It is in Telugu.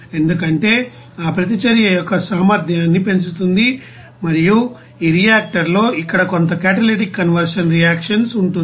ఎందుకంటే ఆ ప్రతిచర్య యొక్క సామర్థ్యాన్ని పెంచుతుంది మరియు ఈ రియాక్టర్ లో ఇక్కడ కొంత క్యాటలిటిక్ కన్వర్షన్ రియాక్షన్స్ ఉంటుంది